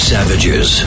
Savages